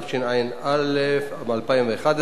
41), התשע"ב 2012,